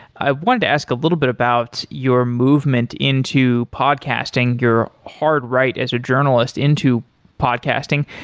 i wanted to ask a little bit about your movement into podcasting, your hard right as a journalist into podcasting.